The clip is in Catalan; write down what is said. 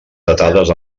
datades